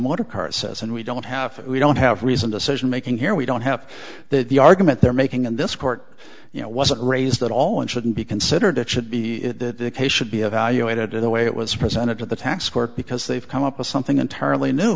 motor car says and we don't have we don't have reasoned decision making here we don't have that the argument they're making and this court you know wasn't raised at all and shouldn't be considered it should be that the case should be evaluated in the way it was presented to the tax court because they've come up with something entirely new